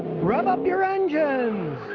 rev up your engines,